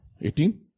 eighteen